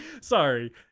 sorry